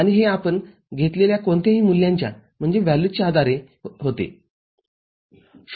आणि हे आपण घेतलेल्या कोणत्याही मूल्यांच्या आधारे होते०